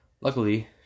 Luckily